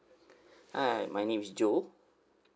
uh my name is joe